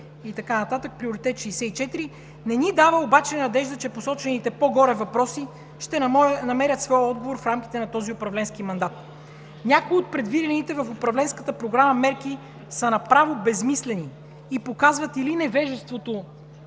и така нататък, Приоритет 64, не ни дава обаче надежда, че посочените по горе въпроси ще намерят своя отговор в рамките на този управленски мандат. Някои от предвидените в Управленската програма мерки са направо безсмислени и показват или невежеството